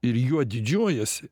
ir juo didžiuojasi